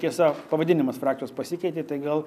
tiesa pavadinimas frakcijos pasikeitė tai gal